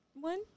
one